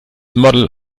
model